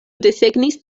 desegnis